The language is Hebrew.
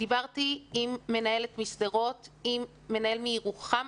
דיברתי עם מנהלת משדרות ועם מנהל מירוחם,